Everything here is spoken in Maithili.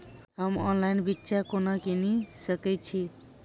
हम ऑनलाइन बिच्चा कोना किनि सके छी?